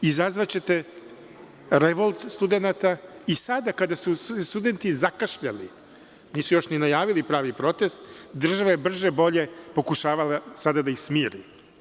Izazvaćete revolt studenata i sada kada su se studenti zakašljali nisu još ni najavili pravi protest, država je brže bolje pokušavala sada da ih smiri.